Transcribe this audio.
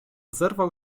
zerwał